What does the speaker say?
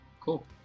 Cool